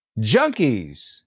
Junkies